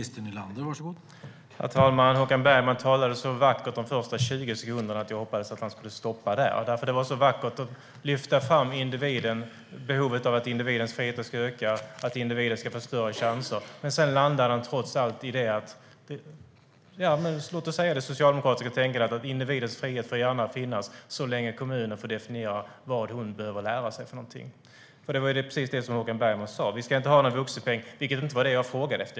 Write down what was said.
Herr talman! Håkan Bergman talade så vackert de första 20 sekunderna att jag hoppades att han skulle stanna där. Det var så vackert att lyfta fram individen, behovet av att individens frihet ska öka och att individen ska få större chanser. Men sedan landade han trots allt i det socialdemokratiska tänkandet att individens frihet gärna får finnas så länge kommunen får definiera vad hon behöver lära sig för någonting. Det var precis det som Håkan Bergman sa. Vi ska inte ha någon vuxenpeng, vilket inte var det jag frågade efter.